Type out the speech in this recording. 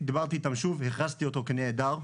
דיברתי איתם שוב, הכרזתי אותו כנעדר.